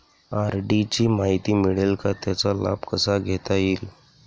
RD ची माहिती मिळेल का, त्याचा लाभ कसा घेता येईल?